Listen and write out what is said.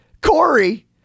Corey